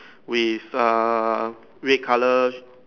with err red color